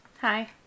Hi